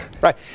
Right